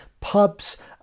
Pubs